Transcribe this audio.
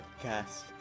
podcast